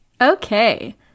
Okay